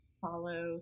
follow